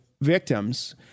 victims